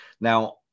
Now